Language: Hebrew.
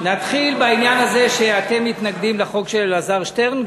נתחיל בעניין הזה שאתם מתנגדים לחוק של אלעזר שטרן.